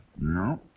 No